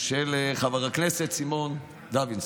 של חבר הכנסת סימון דוידסון,